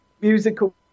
musical